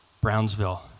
Brownsville